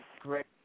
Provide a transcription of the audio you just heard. Great